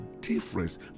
difference